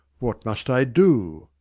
what must i do?